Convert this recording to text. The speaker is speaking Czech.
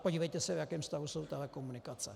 Podívejte se, v jakém stavu jsou telekomunikace.